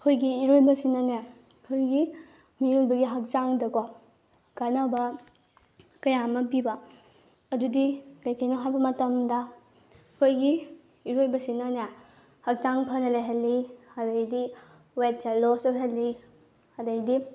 ꯑꯩꯈꯣꯏꯒꯤ ꯏꯔꯣꯏꯕꯁꯤꯅꯅꯦ ꯑꯩꯈꯣꯏꯒꯤ ꯃꯤꯑꯣꯏꯕꯒꯤ ꯍꯛꯆꯥꯡꯗꯀꯣ ꯀꯥꯟꯅꯕ ꯀꯌꯥ ꯑꯃ ꯄꯤꯕ ꯑꯗꯨꯗꯤ ꯀꯩꯀꯩꯅꯣ ꯍꯥꯏꯕ ꯃꯇꯝꯗ ꯑꯩꯈꯣꯏꯒꯤ ꯏꯔꯣꯏꯕꯁꯤꯅꯅꯦ ꯍꯛꯆꯥꯡ ꯐꯥꯅ ꯂꯩꯍꯜꯂꯤ ꯑꯗꯩꯗꯤ ꯋꯦꯠꯁꯦ ꯂꯣꯁ ꯑꯣꯏꯍꯜꯂꯤ ꯑꯗꯩꯗꯤ